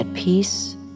peace